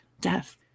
death